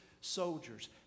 soldiers